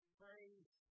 praise